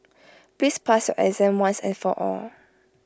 please pass your exam once and for all